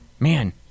man